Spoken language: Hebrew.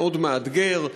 המאתגר מאוד,